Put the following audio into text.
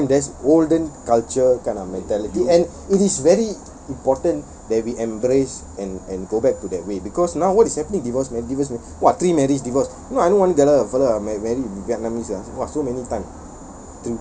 I that's olden culture kind of mentality and it is very important that we embrace and and go back to that way because now what is happening divorce !wah! three marriage divorce no I don't want get a fella marry a vietnamnese !wah! so many time